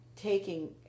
taking